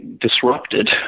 disrupted